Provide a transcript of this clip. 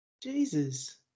Jesus